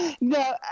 No